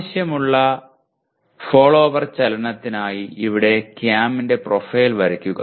ആവശ്യമുള്ള ഫോളോവർ ചലനത്തിനായി ഇവിടെ ക്യാമിന്റെ പ്രൊഫൈൽ വരയ്ക്കുക